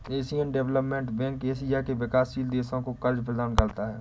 Asian development bank Asia के विकासशील देशों को कर्ज प्रदान करता है